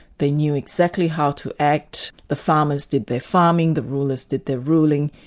they knew exactly how to act the farmers did their farming, the rulers did their ruling,